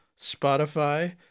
Spotify